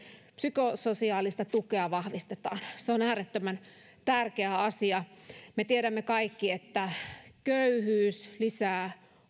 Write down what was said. psykososiaalista tukea vahvistetaan se on äärettömän tärkeä asia me tiedämme kaikki että köyhyys lisää